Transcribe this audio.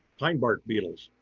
pine bark beetles.